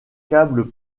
câbles